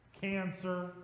cancer